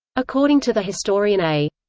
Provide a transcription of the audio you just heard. according to the historian a.